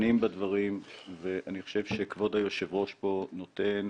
ודנים בדברים ואני חושב שכבוד היושב-ראש מכבד את כולם ונותן